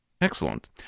Excellent